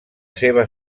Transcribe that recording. seva